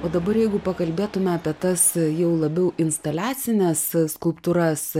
o dabar jeigu pakalbėtume apie tas jau labiau instaliacines skulptūras